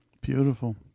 beautiful